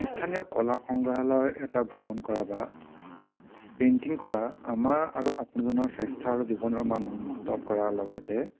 স্থানীয় কলা স্ংগ্ৰহালয় এটা ভ্ৰমণ কৰা বা পেইণ্টিং কৰা আমাৰ আৰু আপোনজনৰ স্বাস্থ্য় আৰু জীৱনৰ মান উন্নত কৰাৰ লগতে